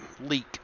leak